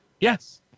Yes